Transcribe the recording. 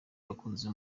abakunzi